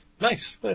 Nice